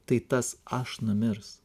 tai tas aš numirs